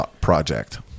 project